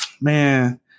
man